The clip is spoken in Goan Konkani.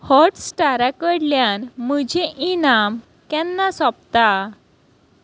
हॉटस्टारा कडल्यान म्हजें इनाम केन्ना सोंपता